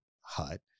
hut